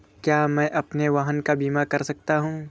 क्या मैं अपने वाहन का बीमा कर सकता हूँ?